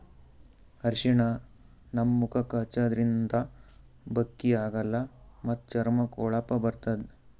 ಅರ್ಷಿಣ ನಮ್ ಮುಖಕ್ಕಾ ಹಚ್ಚದ್ರಿನ್ದ ಬಕ್ಕಿ ಆಗಲ್ಲ ಮತ್ತ್ ಚರ್ಮಕ್ಕ್ ಹೊಳಪ ಬರ್ತದ್